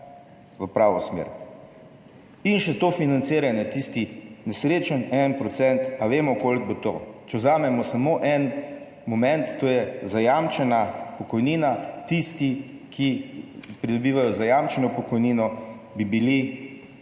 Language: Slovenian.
v pravo smer, in še to financiranje, tisti nesrečen, 1 procent ali vemo koliko bo to, če vzamemo samo en moment, to je zajamčena pokojnina, tisti, ki pridobivajo zajamčeno pokojnino, bi s